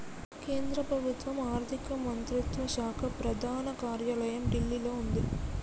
కేంద్ర ప్రభుత్వం ఆర్ధిక మంత్రిత్వ శాఖ ప్రధాన కార్యాలయం ఢిల్లీలో వుంది